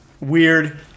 weird